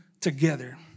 together